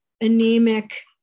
anemic